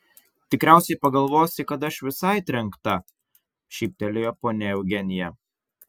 tikriausiai pagalvosi kad aš visai trenkta šyptelėjo ponia eugenija